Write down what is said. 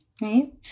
right